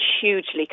hugely